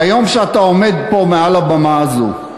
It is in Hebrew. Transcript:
ביום שאתה עומד פה, מעל הבמה הזאת,